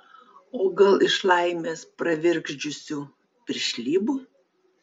o gal iš laimės pravirkdžiusių piršlybų